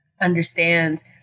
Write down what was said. understands